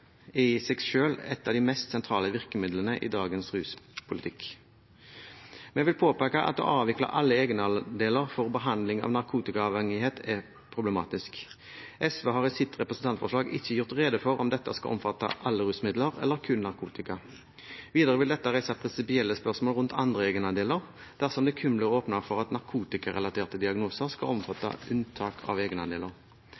i seg selv et av de mest sentrale virkemidlene i dagens ruspolitikk. Vi vil påpeke at å avvikle alle egenandeler for behandling av narkotikaavhengighet er problematisk. SV har i sitt representantforslag ikke gjort rede for om dette skal omfatte alle rusmidler eller kun narkotika. Videre vil dette reise prinsipielle spørsmål rundt andre egenandeler dersom det kun blir åpnet for at narkotikarelaterte diagnoser skal omfatte unntak av egenandeler.